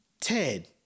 Ted